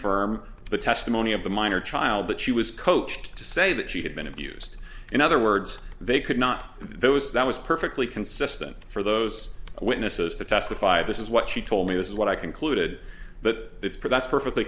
rm the testimony of the minor child that she was coached to say that she had been abused in other words they could not those that was perfectly consistent for those witnesses to testify this is what she told me this is what i concluded but it's p